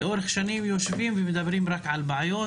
לאורך שנים יושבים ומדברים רק על בעיות,